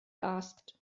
asked